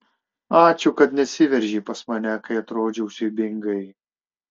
ačiū kad nesiveržei pas mane kai atrodžiau siaubingai